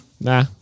Nah